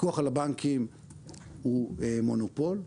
הפיקוח על הבנקים הוא מונופול,